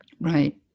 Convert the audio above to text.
Right